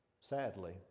sadly